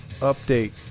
update